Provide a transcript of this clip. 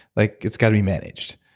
like it's got to be managed.